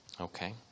okay